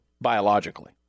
biologically